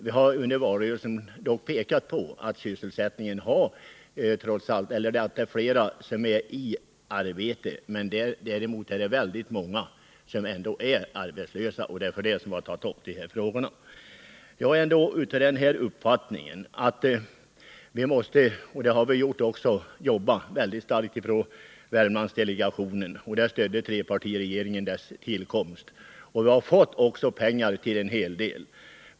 Vi har dock under valrörelsen pekat på att det visserligen är flera som är i arbete men att det ändå är väldigt många som är arbetslösa, och det är därför som vi har tagit upp de här frågorna. Jag är ändå av den uppfattningen att Värmlandsdelegationen måste arbeta mycket energiskt, och det har vi också gjort. Trepartiregeringen stödde delegationens tillkomst. Vi har också fått pengar till en hel del.